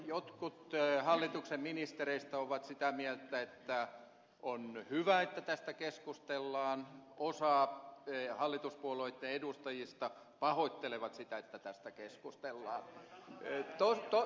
jotkut hallituksen ministereistä ovat sitä mieltä että on hyvä että tästä keskustellaan osa hallituspuolueitten edustajista pahoittelee sitä että tästä keskustellaan